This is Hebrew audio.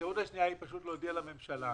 האפשרות השנייה היא להודיע לממשלה,